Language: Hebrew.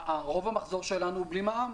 רוב המחזור שלנו בלי מע"מ.